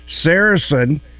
Saracen